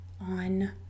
on